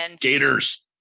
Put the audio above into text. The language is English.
Gators